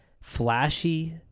flashy